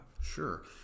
Sure